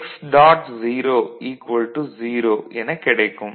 0 0 எனக் கிடைக்கும்